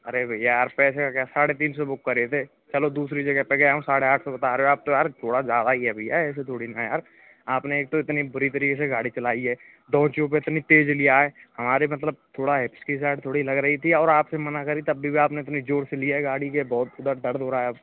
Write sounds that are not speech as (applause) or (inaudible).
अरे भैया यार पैसे क्या साढ़े तीन सौ बुक करे थे चलो दूसरी जगह पर गए हम साढ़े आठ सौ बता रहे हो आप तो यार थोड़ा ज़्यादा घेर लिया ऐसे थोड़ी ना यार आपने एक तो इतनी बुरी तरीके से गाड़ी चलाई है दो (unintelligible) इतनी तेज़ ले आए हमारी मतलब थोड़ा हिचकिचाहट थोड़ी लग रही थी और आपसे मन किए तब भी आपने इतनी ज़ोर से लिया गाड़ी के बहुत ज़्यादा दर्द हो रहा है अब